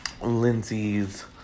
Lindsay's